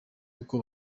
kuko